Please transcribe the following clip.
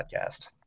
podcast